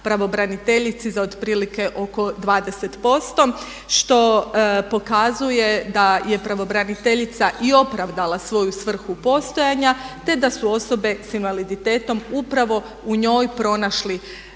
pravobraniteljici za otprilike oko 20%, što pokazuje da je pravobraniteljica i opravdala svoju svrhu postojanja te da su osobe s invaliditetom upravo u njoj pronašli